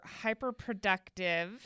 hyperproductive